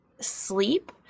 sleep